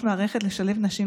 זה פשוט מדהים.